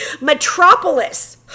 metropolis